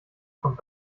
kommt